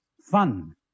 fun